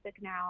now